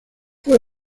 fue